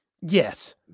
Yes